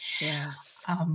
Yes